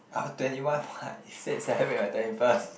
twenty one what you said celebrate my twenty first